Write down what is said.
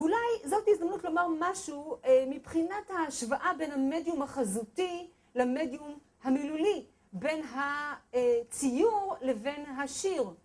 אולי זו הזדמנות לומר משהו מבחינת ההשוואה בין המדיום החזותי למדיום המילולי. בין הציור לבין השיר.